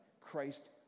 Christ